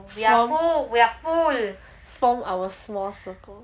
form form our small circle